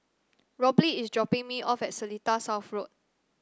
Robley is dropping me off at Seletar South Road